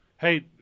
Hey